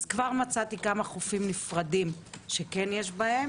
כבר מצאי כמה חופים נפרדים שיש בהם